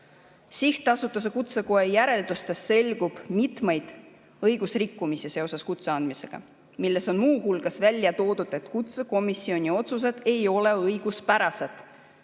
Sihtasutuse Kutsekoda järeldustest selgub mitmeid õigusrikkumisi seoses kutse andmisega. Muu hulgas on välja toodud, et kutsekomisjoni otsused ei ole õiguspärased